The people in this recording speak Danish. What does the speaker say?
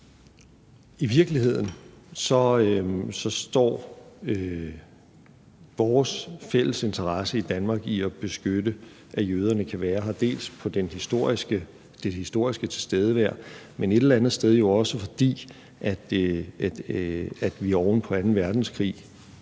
I virkeligheden består vores fælles interesse i Danmark i at beskytte, at jøderne kan være her, på det historiske tilstedevær, og det er jo et eller andet sted også, fordi vi oven på anden verdenskrig